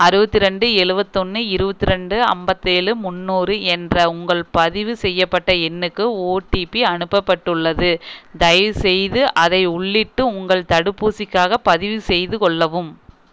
அறுபத்தி ரெண்டு எழுபத்தொன்னு இருபத்ரெண்டு ஐம்பத்தேழு முந்நூறு என்ற உங்கள் பதிவு செய்யப்பட்ட எண்ணுக்கு ஓடிபி அனுப்பப்பட்டுள்ளது தயவுசெய்து அதை உள்ளிட்டு உங்கள் தடுப்பூசிக்காகப் பதிவுசெய்து கொள்ளவும்